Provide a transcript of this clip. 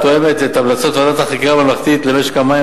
התואמת את המלצות ועדת החקירה הממלכתית למשק המים